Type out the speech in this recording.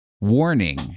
Warning